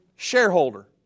Shareholder